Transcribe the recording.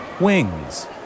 wings